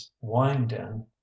wine-den